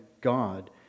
God